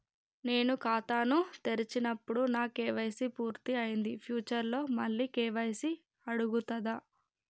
నేను ఖాతాను తెరిచినప్పుడు నా కే.వై.సీ పూర్తి అయ్యింది ఫ్యూచర్ లో మళ్ళీ కే.వై.సీ అడుగుతదా?